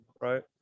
right